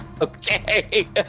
Okay